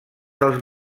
dels